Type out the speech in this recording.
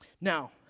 Now